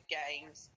games